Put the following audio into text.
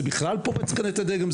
זה בכלל פורץ כאן את הדגם,